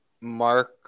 mark